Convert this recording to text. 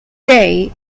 day